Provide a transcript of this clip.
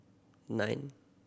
nine